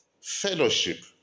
fellowship